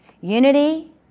Unity